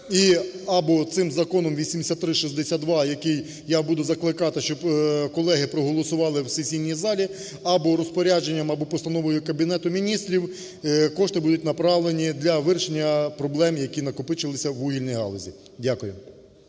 Або цим Законом 8362, який я буду закликати, щоб колеги проголосували в сесійній залі, або розпорядженням, або постановою Кабінету Міністрів кошти будуть направлені для вирішення проблем, які накопичилися в вугільній галузі. Дякую.